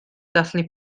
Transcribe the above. dathlu